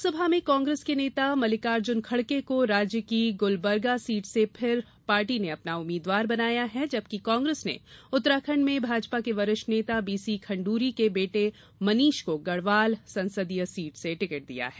लोकसभा में कांग्रेस के नेता मल्लिकार्जुन खड़गे को राज्य की गुलबर्गा सीट से फिर पार्टी ने अपना उम्मीदवार बनाया है जबकि कांग्रेस ने उत्तराखंड में भाजपा के वरिष्ठ नेता बी सी खंड्री के बेटे मनीष को गढ़वाल संसदीय सीट से टिकट दिया है